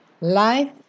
Life